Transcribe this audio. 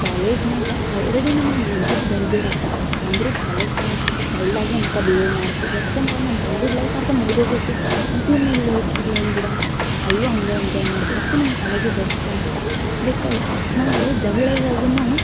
ಕಾಲೇಜಿನಾಗ ಆಲ್ರೆಡಿ ನಮ್ಗೆ mind set ಬೆಳ್ದಿರುತ್ತೆ ಅಂದ್ರೂ ಕಾಲೇಜ್ ಫ್ರೆಂಡ್ಸ್ ಜೊತೆ ಚೈಲ್ಡ್ ಹಾಗೆ ಮತ್ತೆ ಬಿಹೇವ್ ಮಾಡ್ತೀವಿ ಯಾಕಂದ್ರೆ ನಮ್ಮ ಚೈಲ್ಡ್ಉಡ್ ಲೈಫ್ ಅರ್ಧ ಮುಗ್ದು ಹೋಗೈತಿ ಮತ್ತೇನು ಇಲ್ಲಿ ಇಲ್ಲೇನು ಬಿಡಿ ಅಂತ ಅಲ್ಲೂ ಹಾಗೆ ಎಂಜಾಯ್ ಮಾಡ್ತೀವಿ ಅದ್ಕೆ ನಮ್ಗೆ ಕಾಲೇಜು ಬೆಸ್ಟ್ ಅನ್ಸುತ್ತೆ ಬಿಕಾಸ್ ನಾವು ಜಗಳದಾಗೂ